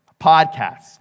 podcasts